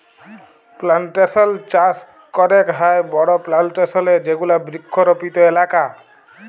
plantation চাস ক্যরেক হ্যয় বড় প্লানটেশল এ যেগুলা বৃক্ষরপিত এলাকা